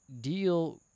deal